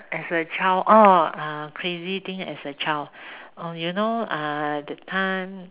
as a child oh uh crazy thing as a child oh you know uh that time